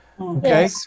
Okay